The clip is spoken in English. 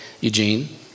Eugene